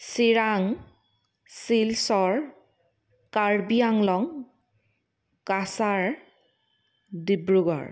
Chirang Silchar Karbi Anglong Cachar Dibrugarh